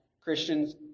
Christians